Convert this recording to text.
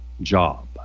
job